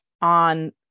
on